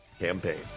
campaign